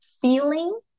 feeling